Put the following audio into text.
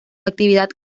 actividad